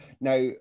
now